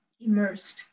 immersed